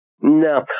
no